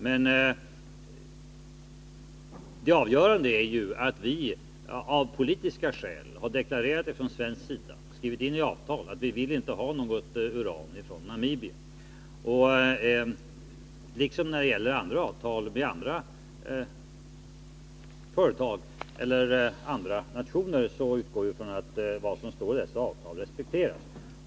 Men det avgörande är att vi av politiska skäl har deklarerat från svensk sida och skrivitin i avtal att vi inte vill ha något uran från Namibia. Och liksom när det gäller andra avtal med andra företag eller andra nationer utgår vi från att vad som står i detta avtal respekteras.